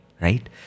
right